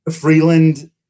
Freeland